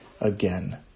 again